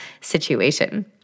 situation